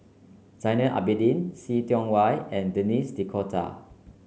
Zainal Abidin See Tiong Wah and Denis D'Cotta